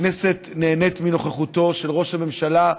הכנסת נהנית מנוכחותו של ראש הממשלה,